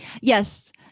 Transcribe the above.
yes